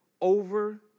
over